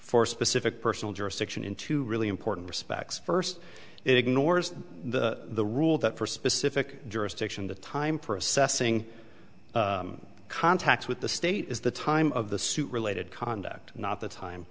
for specific personal jurisdiction in two really important respects first it ignores the rule that for specific jurisdiction the time for assessing contacts with the state is the time of the suit related conduct not the time